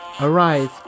arise